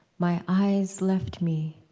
my eyes left me,